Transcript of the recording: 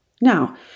Now